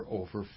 over